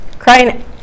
crying